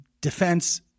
defense